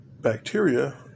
bacteria